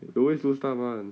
you always lose stuff [one]